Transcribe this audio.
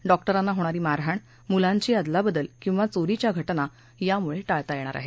डॉक्टरांना होणारी मारहाण मुलांची अदलाबदल किवा चोरीच्या घटना यामुळे टाळता येणार आहेत